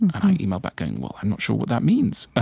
and i email back going, well, i'm not sure what that means. ah